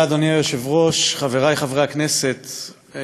חברי חברי הכנסת,